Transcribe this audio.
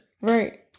Right